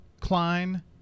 Klein